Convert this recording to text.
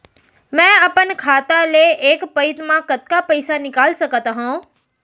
मैं अपन खाता ले एक पइत मा कतका पइसा निकाल सकत हव?